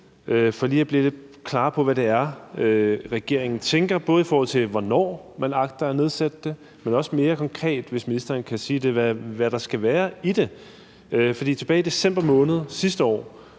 for lige at blive lidt klarere på, hvad det er, regeringen tænker, både i forhold til hvornår man agter at nedsætte det, men også hvad der mere konkret skal være i det, hvis ministeren kan sige det. For tilbage i december måned sidste år